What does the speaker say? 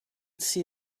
see